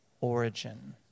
origin